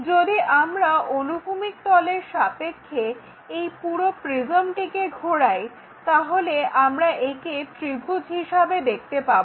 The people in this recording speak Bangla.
যদি আমরা অনুভূমিক তলের সাপেক্ষে এই পুরো প্রিজমটিকে ঘোরাই তাহলে আমরা একে ত্রিভুজ হিসেবে দেখতে পাবো